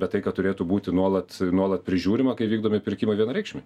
bet tai kad turėtų būti nuolat nuolat prižiūrima kai vykdomi pirkimai vienareikšmiai